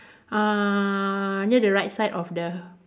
uh near the right side of the